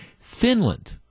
Finland